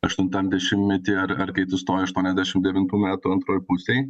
aštuntam dešimtmetyje ar ar kai tu stoji aštuoniasdešimt devintų metų antroj pusėj